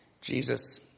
Jesus